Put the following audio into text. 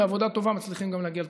בעבודה טובה מצליחים גם להגיע לתוצאות.